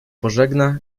pożegna